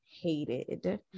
hated